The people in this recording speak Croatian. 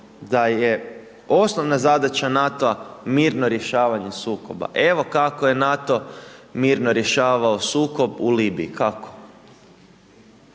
da je osnovna zadaća NATO-a mirno rješavanje sukoba. Evo kako je NATO mirno rješavao sukob u Libiji. Kako?